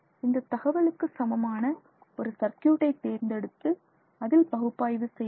இந்த தகவலுக்கு சமமான ஒரு சர்கியூட்டை தேர்ந்தெடுத்து அதில் பகுப்பாய்வு செய்ய வேண்டும்